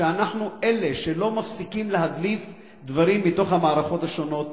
שאנחנו אלה שלא מפסיקים להדליף דברים מתוך המערכות השונות.